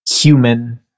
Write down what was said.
human